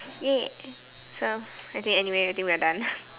!yay! so okay anyway I think we are done